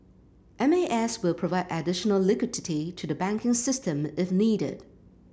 M A S will provide additional liquidity to the banking system if needed